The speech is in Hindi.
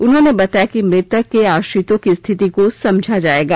उन्होंने बताया कि मृतक के आश्रितों की स्थिति को समझा जाएगा